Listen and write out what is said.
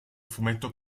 fumetto